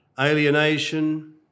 alienation